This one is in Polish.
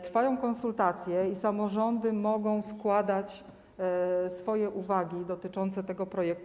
Trwają konsultacje i samorządy mogą składać swoje uwagi dotyczące tego projektu.